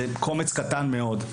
זה קומץ קטן מאוד.